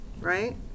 right